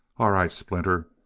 all right, splinter.